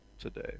today